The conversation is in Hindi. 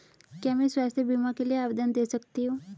क्या मैं स्वास्थ्य बीमा के लिए आवेदन दे सकती हूँ?